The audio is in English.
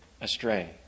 astray